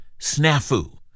snafu